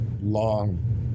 long